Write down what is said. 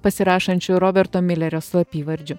pasirašančiu roberto milerio slapyvardžiu